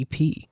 ep